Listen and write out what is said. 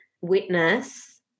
witness